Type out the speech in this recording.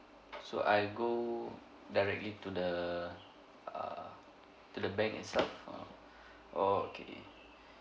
so I go directly to the err to the bank itself or oh okay